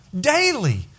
daily